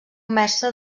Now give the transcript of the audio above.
mestre